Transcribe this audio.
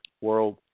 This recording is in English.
world